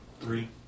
Three